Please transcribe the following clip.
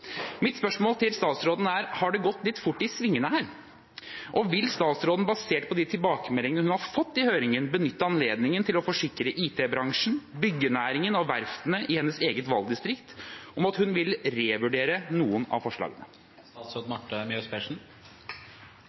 Mitt spørsmål til statsråden er: Har det gått litt fort i svingene her? Og vil statsråden, basert på de tilbakemeldingene hun nå har fått i høringen, benytte høringen til å forsikre IT-bransjen, byggenæringen og verftene i hennes eget valgdistrikt om at hun vil revurdere noen av forslagene?